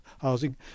housing